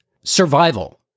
survival